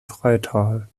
freital